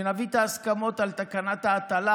שנביא את ההסכמות על תקנת ההטלה.